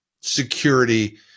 security